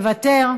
מוותר,